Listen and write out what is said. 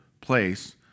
place